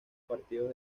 partidos